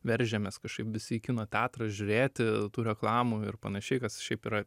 veržiamės kažkaip visi į kino teatrą žiūrėti tų reklamų ir panašiai kas šiaip yra